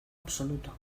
absoluto